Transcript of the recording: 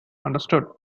understood